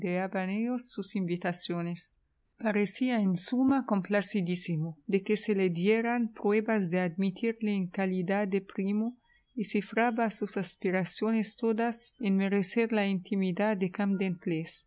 sus invitaciones parecía en suma complacidísimo de que se le dieran pruebas de admitirle en calidad de primo y cifraba sus aspiraciones todas en merecer la intimidad de